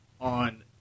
on